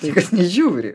niekas nežiūri